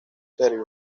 serbia